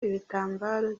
ibitambaro